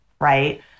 right